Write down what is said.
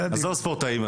עזוב ספורטאים,